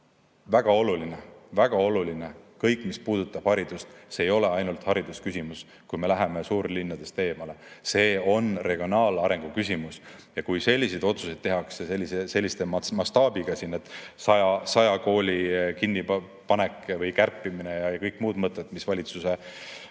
väga oluline on, et kõik, mis puudutab haridust, ei ole ainult haridusküsimus, kui me läheme suurlinnadest eemale, vaid see on regionaalarengu küsimus. Kui selliseid otsuseid tehakse sellise mastaabiga, et saja kooli kinnipanek või kärpimine ja kõik muud mõtted, mis valitsuse